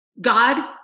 God